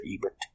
Ebert